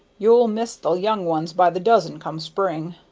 you'll miss the young ones by the dozen, come spring.